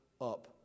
up